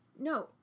No